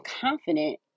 confident